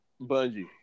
Bungie